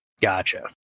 Gotcha